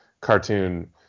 cartoon